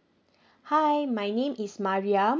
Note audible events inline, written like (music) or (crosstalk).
(breath) hi my name is mariam